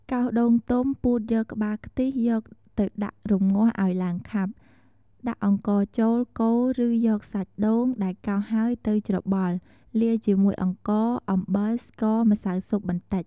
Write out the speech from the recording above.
កោសដូងទុំ ពូតយកក្បាលខ្ទិះយកទៅដាក់រម្ងាស់ឱ្យឡើងខាប់ ដាក់អង្ករចូល កូរ ឬយកសាច់ដូងដែលកោសហើយទៅ ច្របល់ លាយជាមួយអង្ករ អំបិល ស្ករ ម្សៅស៊ុបបន្តិច។